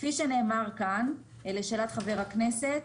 כפי שנאמר כאן לשאלת חבר הכנסת,